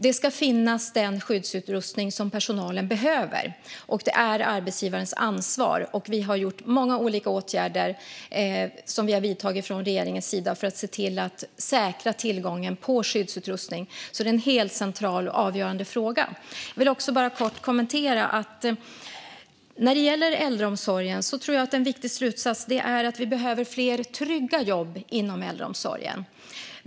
Den skyddsutrustning som personalen behöver ska finnas. Det är arbetsgivarens ansvar. Regeringen har vidtagit många olika åtgärder för att säkra tillgången på skyddsutrustning. Det är en helt central och avgörande fråga. Jag vill också kort kommentera att jag tror att en viktig slutsats är att vi behöver fler trygga jobb inom äldreomsorgen.